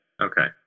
Okay